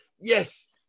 yes